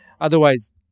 otherwise